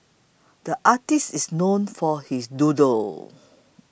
the artist is known for his doodles